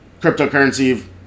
cryptocurrency